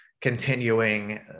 continuing